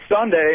Sunday